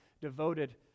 devoted